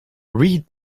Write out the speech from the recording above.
read